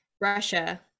Russia